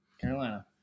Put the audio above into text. Carolina